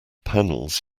panels